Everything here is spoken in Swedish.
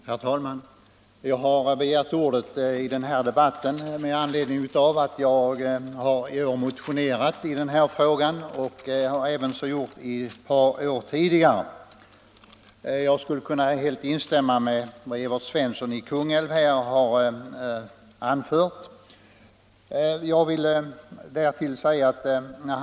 Herr talman! Jag har begärt ordet i den här debatten med anledning av att jag i år har motionerat i denna fråga. Det har jag också gjort ett par år tidigare. Jag kan helt instämma i vad herr Svensson i Kungälv här har anfört. Jag vill därutöver också säga några ord.